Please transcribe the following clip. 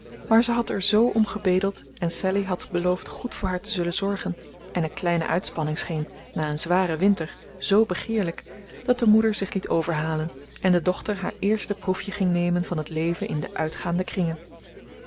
maar ze had er zoo om gebedeld en sallie had beloofd goed voor haar te zullen zorgen en een kleine uitspanning scheen na een zwaren winter zoo begeerlijk dat de moeder zich liet overhalen en de dochter haar eerste proefje ging nemen van het leven in de uitgaande kringen